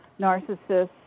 narcissists